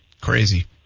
Crazy